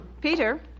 Peter